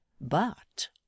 but—